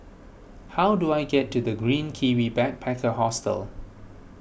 how do I get to the Green Kiwi Backpacker Hostel